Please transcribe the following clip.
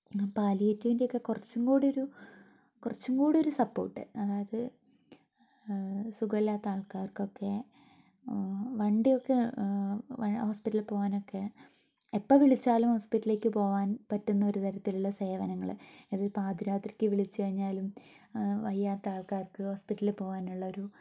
പാലിയേറ്റീവിൻ്റെ ഒക്കെ കുറച്ചുംകൂടി ഒരു കുറച്ചും കൂടിയൊരു സപ്പോർട്ട് അതായത് സുഖം ഇല്ലാത്ത ആൾക്കാർക്കൊക്കെ വണ്ടിയൊക്കെ ഹോസ്പിറ്റലില് പോകാനൊക്കെ എപ്പോൾ വിളിച്ചാലും ഹോസ്പിറ്റലിലേക്ക് പോകാൻ പറ്റുന്ന ഒരു തരത്തിലുള്ള സേവനങ്ങൾ ഏത് പാതിരാത്രിയ്ക്ക് വിളിച്ചുകഴിഞ്ഞാലും വയ്യാത്ത ആൾകാർക്ക് ഹോസ്പിറ്റലില് പോവാൻ ഉള്ള ഒരു